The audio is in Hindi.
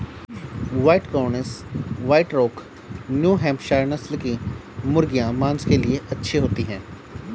white Cornish, white rock, New Hampshire नस्ल की मुर्गियाँ माँस के लिए अच्छी होती हैं